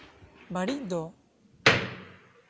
ᱵᱟᱹᱲᱤᱡ ᱫᱚ